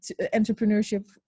entrepreneurship